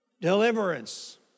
deliverance